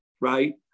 right